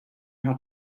how